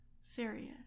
serious